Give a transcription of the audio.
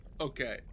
Okay